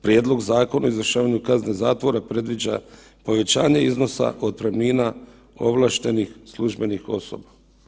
Prijedlog Zakona o izvršavanju kazne zatvora predviđa povećanje iznosa otpremnina ovlaštenih službenih osoba.